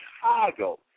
Chicago